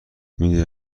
میدونی